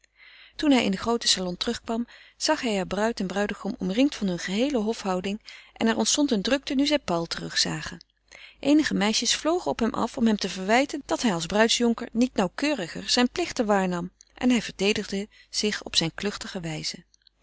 toen hij in den grooten salon terugkwam zag hij er bruid en bruidegom omringd van hunne geheele hofhouding en er ontstond een drukte nu zij paul terugzagen eenige meisjes vlogen op hem af om hem te verwijten dat hij als bruidsjonker niet nauwkeuriger zijne plichten waarnam en hij verdedigde zich op zijne kluchtige wijze